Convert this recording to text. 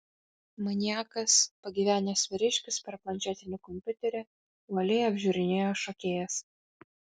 maniakas pagyvenęs vyriškis per planšetinį kompiuterį uoliai apžiūrinėjo šokėjas